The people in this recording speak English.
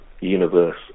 universe